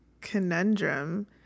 conundrum